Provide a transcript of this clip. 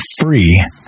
free